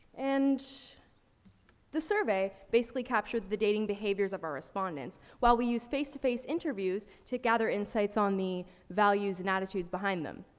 and the survey basically captured the dating behaviours of our respondents, while we used face to face interviews to gather insights on the values and attitudes behind them.